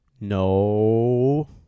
No